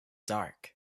dark